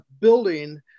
building